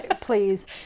please